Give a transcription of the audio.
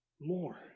more